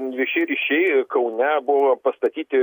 vieši ryšiai kaune buvo pastatyti